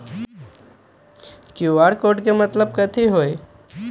QR code के मतलब कथी होई?